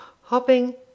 hopping